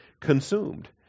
consumed